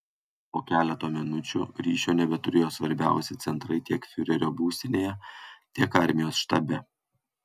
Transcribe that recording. po keleto minučių ryšio nebeturėjo svarbiausi centrai tiek fiurerio būstinėje tiek armijos štabe